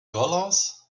dollars